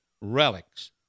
relics